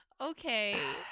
okay